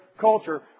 Culture